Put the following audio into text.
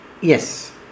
Yes